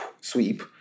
sweep